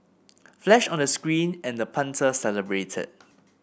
flash on the screen and the punter celebrated